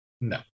no